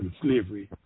slavery